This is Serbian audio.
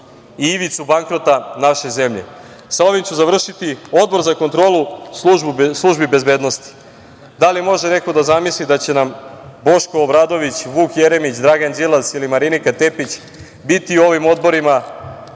i ivicu bankrota naše zemlje. Sa ovim ću završiti. Odbor za kontrolu službi bezbednosti, da li može neko da zamisli da će nam Boško Obradović, Vuk Jeremić, Dragan Đilas ili Marinika Tepić biti u ovim odborima